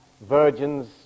virgins